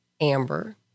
Amber